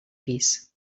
pis